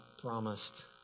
promised